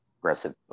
aggressive